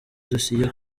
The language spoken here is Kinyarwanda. dosiye